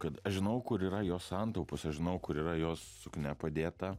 kad aš žinojau kur yra jos santaupos aš žinojau kur yra jos suknia padėta